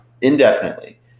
indefinitely